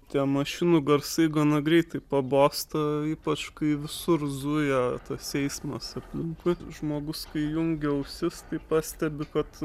tie mašinų garsai gana greitai pabosta ypač kai visur zuja tas eismas aplinkui žmogus kai įjungi ausis tai pastebi kad